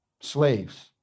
slaves